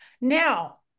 Now